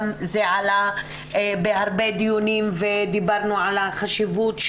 זה עלה בהרבה דיונים ודיברנו על החשיבות,